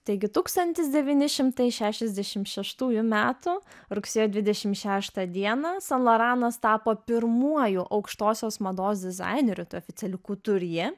taigi tūkstantis devyni šimtai šešiasdešim šeštųjų metų rugsėjo dvidešim šeštą dieną san loranas tapo pirmuoju aukštosios mados dizainerių tuo oficialiu kuturjė